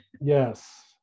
Yes